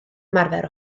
ymarfer